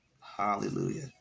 Hallelujah